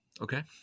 Okay